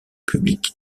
public